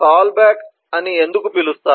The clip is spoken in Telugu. కాల్ బ్యాక్ అని ఎందుకు పిలుస్తారు